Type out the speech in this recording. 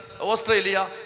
Australia